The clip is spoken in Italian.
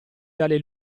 dalle